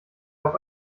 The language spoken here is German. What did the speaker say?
auf